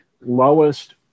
lowest